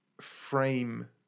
frame